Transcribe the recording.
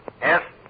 Yes